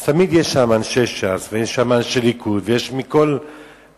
אז תמיד יש שם אנשי ש"ס ויש שם אנשי ליכוד ויש מכל המפלגות.